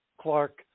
Clark